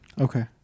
Okay